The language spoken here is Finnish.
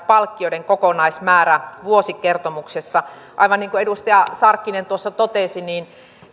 palkkioiden kokonaismäärä vuosikertomuksessa aivan niin kuin edustaja sarkkinen tuossa totesi niin